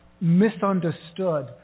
misunderstood